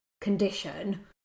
condition